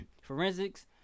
Forensics